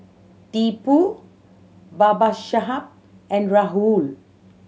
Tipu Babasaheb and Rahul